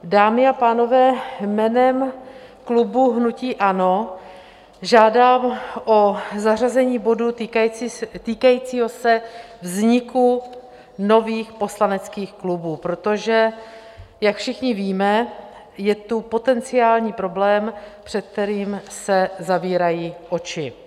Dámy a pánové, jménem klubu hnutí ANO žádám o zařazení bodu týkajícího se vzniku nových poslaneckých klubů, protože jak všichni víme, je tu potenciální problém, před kterým se zavírají oči.